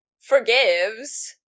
forgives